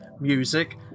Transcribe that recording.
music